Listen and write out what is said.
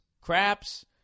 craps